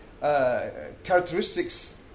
characteristics